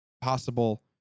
possible